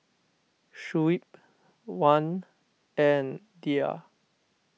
Shuib Wan and Dhia